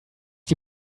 die